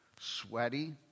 sweaty